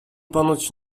ponoć